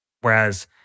Whereas